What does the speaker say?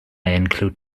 include